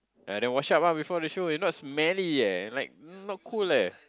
yeah then wash up lah before the show if not smelly eh like not cool leh